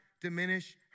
diminish